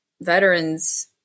veterans